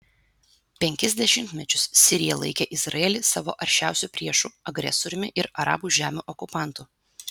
penkis dešimtmečius sirija laikė izraelį savo aršiausiu priešu agresoriumi ir arabų žemių okupantu